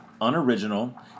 unoriginal